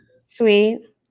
Sweet